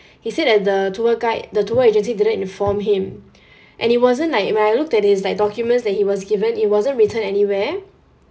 he said that the tour guide the tour agency didn't inform him and he wasn't like when I looked at his like documents that he was given it wasn't written anywhere